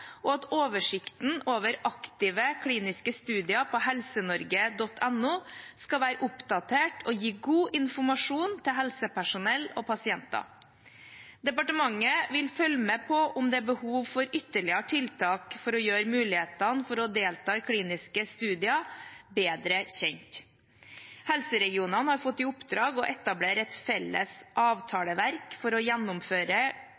og at oversikten over aktive kliniske studier på helsenorge.no skal være oppdatert og gi god informasjon til helsepersonell og pasienter. Departementet vil følge med på om det er behov for ytterligere tiltak for å gjøre mulighetene for å delta i kliniske studier bedre kjent. Helseregionene har fått i oppdrag å etablere et felles